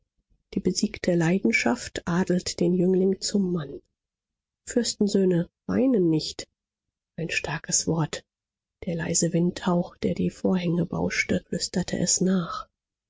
die besiegte leidenschaft adelt den jüngling zum mann fürstensöhne weinen nicht ein starkes wort der leise windhauch der die vorhänge bauschte flüsterte es nach